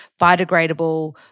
biodegradable